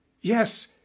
Yes